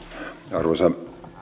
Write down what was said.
arvoisa